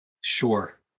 Sure